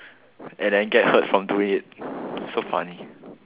and then get hurt from doing it so funny